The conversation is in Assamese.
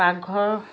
পাকঘৰ